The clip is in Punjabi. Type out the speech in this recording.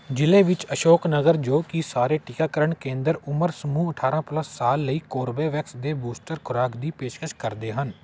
ਜ਼ਿਲ੍ਹੇ ਵਿੱਚ ਅਸ਼ੋਕ ਨਗਰ ਜੋ ਕੀ ਸਾਰੇ ਟੀਕਾਕਰਨ ਕੇਂਦਰ ਉਮਰ ਸਮੂਹ ਅਠਾਰਾਂ ਪਲੱਸ ਸਾਲ ਲਈ ਕੋਰਬੇਵੈਕਸ ਦੇ ਬੂਸਟਰ ਖੁਰਾਕ ਦੀ ਪੇਸ਼ਕਸ਼ ਕਰਦੇ ਹਨ